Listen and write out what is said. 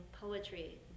poetry